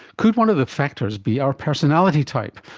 could one of the factors be our personality type?